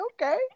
okay